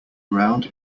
round